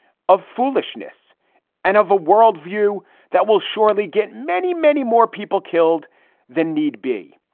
of foolishness and of a world view that will surely get many, many more people killed than need be.